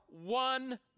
one